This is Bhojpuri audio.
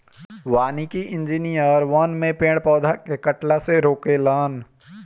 वानिकी इंजिनियर वन में पेड़ पौधा के कटला से रोके लन